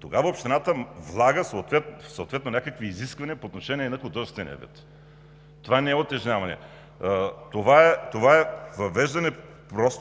Тогава общината влага съответно някакви изисквания по отношение на художествения вид. Това не е утежняване. Това е въвеждане